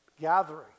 gathering